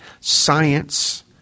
science